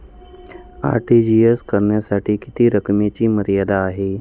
RTGS करण्यासाठी किती रकमेची मर्यादा आहे?